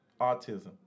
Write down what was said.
autism